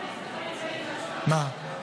מה?